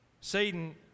Satan